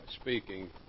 speaking